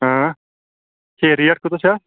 یہِ ریٹ کأژاہ چھِ اَتھ